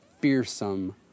fearsome